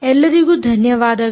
ಎಲ್ಲರಿಗೂ ಧನ್ಯವಾದಗಳು